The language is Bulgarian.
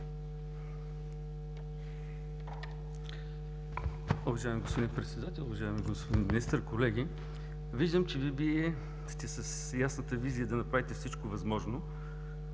Уважаеми господин Председател, уважаеми господин Министър, колеги! Виждам, че Вие сте с ясната визия да направите всичко възможно,